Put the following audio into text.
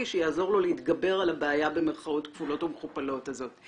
שיעזור לו להתגבר על "הבעיה" במרכאות כפולות ומכופלות הזאת,